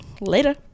Later